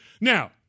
Now